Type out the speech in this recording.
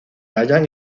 hallan